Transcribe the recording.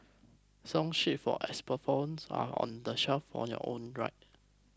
song sheets for xylophones are on the shelf on your own right